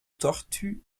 tortue